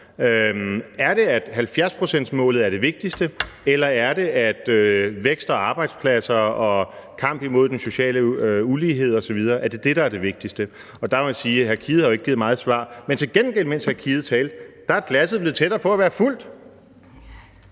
Er det, at 70-procentsmålet er det vigtigste, eller er det, at vækst og arbejdspladser og kampen imod social ulighed osv. er det vigtigste? Og der må man sige, at hr. Ruben Kidde jo ikke har givet meget svar på det. Men til gengæld er der sket det, mens hr. Ruben Kidde talte, at glasset er blevet tættere på at være fuldt!